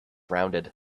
rounded